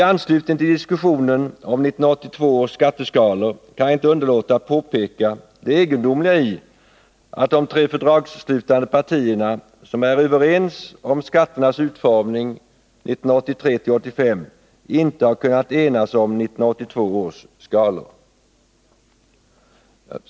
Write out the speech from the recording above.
I anslutning till diskussionen om 1982 års skatteskalor kan jag inte underlåta att påpeka det egendomliga i att de tre fördragsslutande partierna, som är överens om skatternas utformning 1983-1985, inte har kunnat enas om 1982 års skalor.